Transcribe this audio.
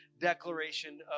declaration